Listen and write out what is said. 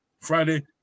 Friday